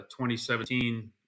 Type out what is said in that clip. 2017